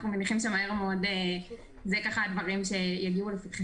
אנחנו הקמנו כשלושת רבעי מקווי הגז במדינת ישראל נכון לרגע